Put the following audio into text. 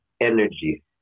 energy